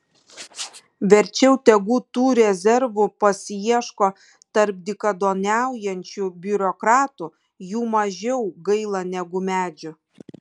verčiau tegu tų rezervų pasiieško tarp dykaduoniaujančių biurokratų jų mažiau gaila negu medžių